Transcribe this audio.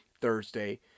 Thursday